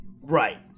Right